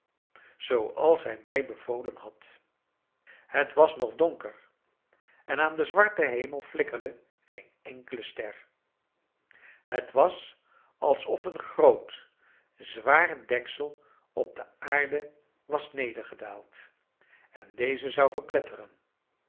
zooals hij mij bevolen had het was nog donker en aan den zwarten hemel flikkerde geen enkele ster het was alsof een groot zwaar deksel op de aarde was neergedaald en deze zou verpletteren